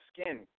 skin